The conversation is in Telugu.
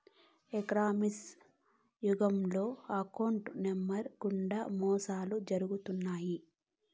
ఎలక్ట్రానిక్స్ యుగంలో అకౌంట్ నెంబర్లు గుండా మోసాలు జరుగుతున్నాయి